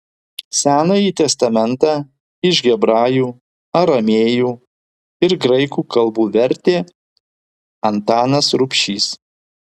senąjį testamentą iš hebrajų aramėjų ir graikų kalbų vertė antanas rubšys